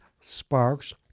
sparks